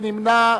מי נמנע?